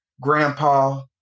grandpa